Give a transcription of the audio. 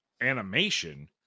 animation